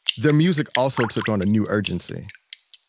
their music also took on a new urgency.